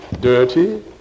dirty